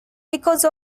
because